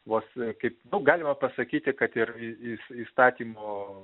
vos kaip galima pasakyti kad ir į į įstatymo